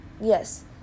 Yes